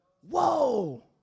Whoa